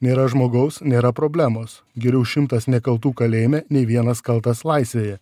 nėra žmogaus nėra problemos geriau šimtas nekaltų kalėjime nei vienas kaltas laisvėje